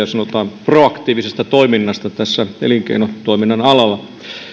sanotaan proaktiivisesta toiminnasta elinkeinotoiminnan alalla